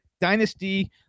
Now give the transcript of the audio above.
dynasty